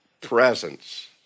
presence